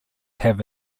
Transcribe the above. have